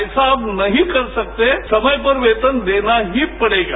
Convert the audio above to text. ऐसा अब नहीं कर सकते थे समय पर वेतन देना ही पड़ेगा